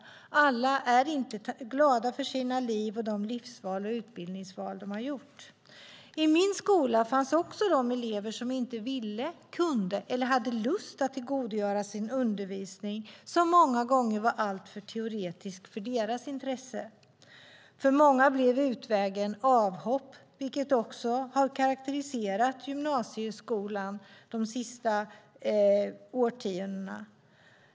Alla är inte glada över sina liv och de livsval och utbildningsval de har gjort. I min skola fanns också de elever som inte ville, kunde eller hade lust att tillgodogöra sig sin undervisning, som många gånger var alltför teoretisk för deras intresse. För många blev utvägen avhopp, vilket har karakteriserat gymnasieskolan de senaste årtiondena.